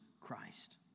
Christ